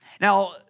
Now